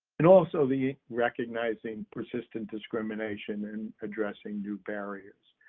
and also, the recognizing persistent discrimination in addressing new barriers.